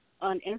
On